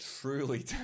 truly